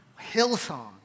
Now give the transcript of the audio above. Hillsong